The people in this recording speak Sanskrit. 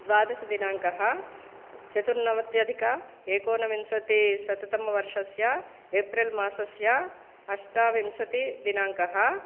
द्वादशदिनाङ्कः चतुर्नवत्यधिकेकोनविंशतिशततमवर्षस्य एप्रिल् मासस्य अष्टविंशतिदिनाङ्कः